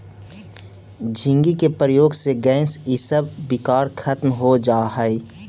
झींगी के प्रयोग से गैस इसब विकार खत्म हो जा हई